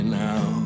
now